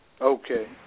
Okay